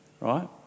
right